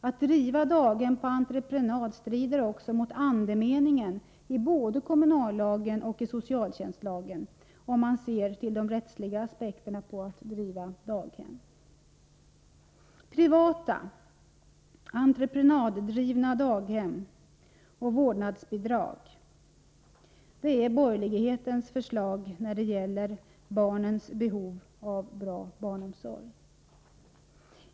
Att driva daghem på entreprenad strider också mot andemeningen i både kommunallagen och socialtjänstlagen, om man ser till de rättsliga aspekterna på att driva daghem. Privata, entreprenaddrivna daghem och vårdnadsbidrag är borgerlighetens förslag när det gäller barnens behov av bra omsorg.